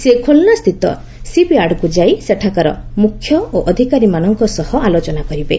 ସେ ଖୁଲନାସ୍ଥିତ ସିପ୍ୟାର୍ଡ୍କୁ ଯାଇ ସେଠାକାର ମୁଖ୍ୟ ଓ ଅଧିକାରୀମାନଙ୍କ ସହ ଆଲୋଚନା କରିବେ